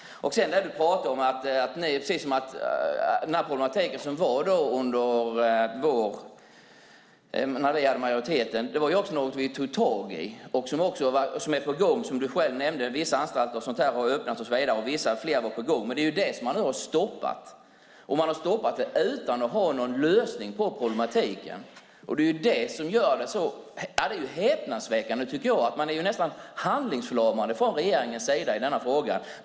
Vi tog tag i problemet när vi hade majoriteten och det är på gång, vilket du själv nämnde. Vissa anstalter har öppnats och andra var på gång, men nu har ni stoppat detta. Ni har stoppat det utan att ha någon lösning på problemet, och det är det som gör det så häpnadsväckande. Regeringen är nästan handlingsförlamad i denna fråga.